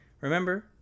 Remember